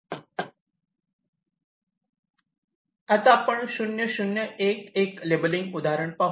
आता आपण 0 0 1 1 लेबलिंग उदाहरण पाहू